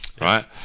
right